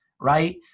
right